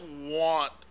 want